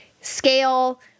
scale